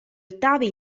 ottavi